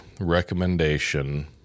recommendation